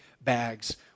bags